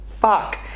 fuck